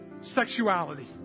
sexuality